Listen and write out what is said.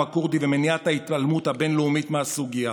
הכורדי ולמניעת ההתעלמות הבין-לאומית מהסוגיה.